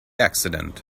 accident